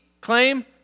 Claim